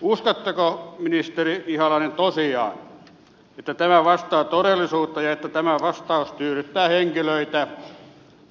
uskotteko ministeri ihalainen tosiaan että tämä vastaa todellisuutta ja että tämä vastaus tyydyttää henkilöitä